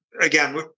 again